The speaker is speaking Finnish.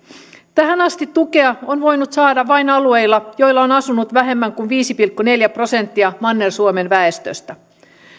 tähän asti tukea on voinut saada vain alueilla joilla on asunut vähemmän kuin viisi pilkku neljä prosenttia manner suomen väestöstä